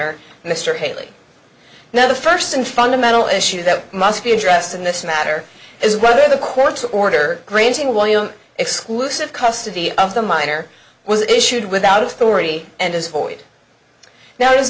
er mr haley now the first and fundamental issue that must be addressed in this matter is whether the court's order granting william exclusive custody of the minor was issued without authority and as for it now i